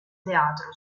teatro